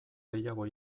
gehiago